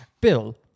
Bill